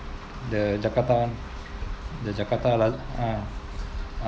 the jakarta the jakarta ah